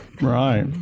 Right